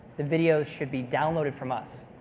the videos should be downloaded from us.